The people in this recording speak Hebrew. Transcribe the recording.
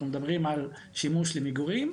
אנחנו מדברים על שימוש במגורים,